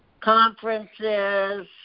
conferences